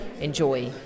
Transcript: enjoy